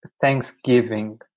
Thanksgiving